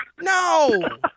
No